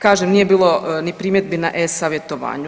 Kažem, nije bilo ni primjedbi na e-Savjetovanju.